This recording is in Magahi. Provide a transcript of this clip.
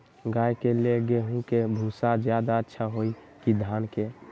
गाय के ले गेंहू के भूसा ज्यादा अच्छा होई की धान के?